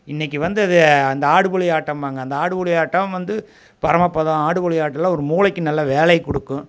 இன்றைக்கி வந்து அது அந்த ஆடுபுலி ஆட்டம்பாங்க அந்த ஆடுபுலி ஆட்டம் வந்து பரமபதம் ஆடுபுலி ஆட்டமெலாம் ஒரு மூளைக்கு நல்ல வேலையை கொடுக்கும்